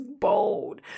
bold